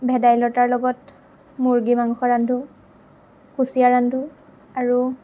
ভেদাইলতাৰ লগত মুৰ্গী মাংস ৰান্ধোঁ কুচিয়া ৰান্ধোঁ আৰু